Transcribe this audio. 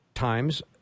times